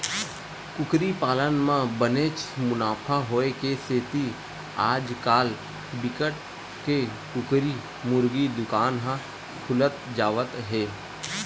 कुकरी पालन म बनेच मुनाफा होए के सेती आजकाल बिकट के कुकरी मुरगी दुकान ह खुलत जावत हे